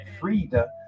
Frida